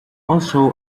also